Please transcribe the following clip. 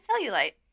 cellulite